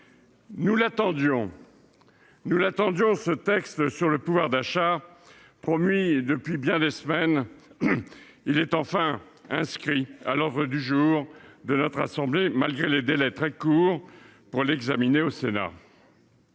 nous l'attendions, ce texte sur le pouvoir d'achat, promis depuis bien des semaines et enfin inscrit à l'ordre du jour de notre assemblée, malgré des délais très courts pour son examen par le Sénat.